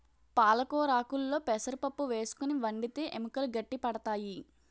పాలకొరాకుల్లో పెసరపప్పు వేసుకుని వండితే ఎముకలు గట్టి పడతాయి